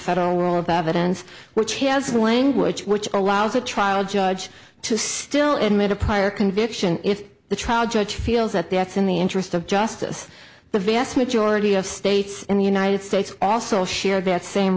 federal role of evidence which has language which allows a trial judge to still in made a prior conviction if the trial judge feels that that's in the interest of justice the vast majority of states in the united states also share that same